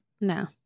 No